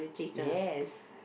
yes